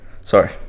Sorry